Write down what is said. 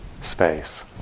space